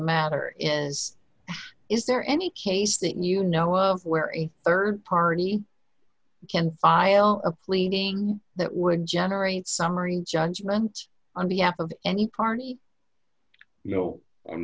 matter is is there any case that you know of wherry rd party can file a pleading that would generate summary judgment on behalf of any party you know